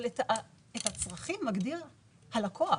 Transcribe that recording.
אבל את הצרכים מגדיר הלקוח.